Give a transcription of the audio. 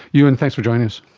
euan, thanks for joining us.